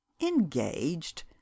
engaged